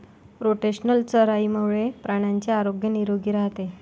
rotational चराईमुळे प्राण्यांचे आरोग्य निरोगी राहते